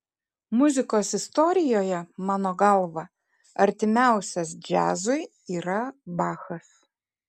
muzikos istorijoje mano galva artimiausias džiazui yra bachas